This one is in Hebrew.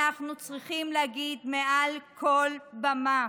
אנחנו צריכים להגיד מעל כל במה: